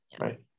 Right